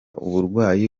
uburwayi